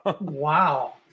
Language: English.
Wow